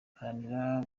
haranira